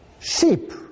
sheep